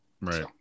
Right